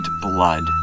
blood